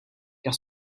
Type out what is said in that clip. car